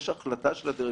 יש החלטה של הדירקטוריון